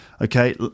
okay